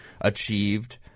achieved